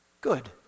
good